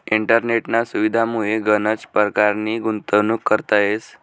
इंटरनेटना सुविधामुये गनच परकारनी गुंतवणूक करता येस